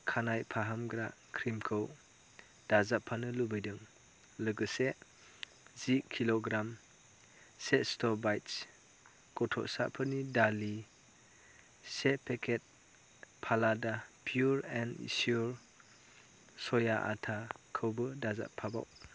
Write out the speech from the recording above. खानाइ फाहामग्रा क्रिमखौ दाजाबफानो लुबैदों लोगोसे जि किल'ग्राम सेस्ट' बाइट्स गथ'साफोरनि दालि से पेकेट फालाडा पियर एण्ड सियर सया आटाखौबो दाजाबफाबाव